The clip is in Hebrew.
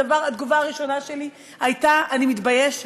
התגובה הראשונה שלי הייתה: אני מתביישת.